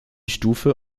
stufe